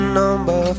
number